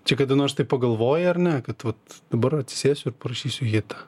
čia kada nors taip pagalvoji ar ne kad vat dabar atsisėsiu ir parašysiu hitą